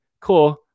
Cool